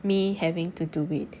me having to do it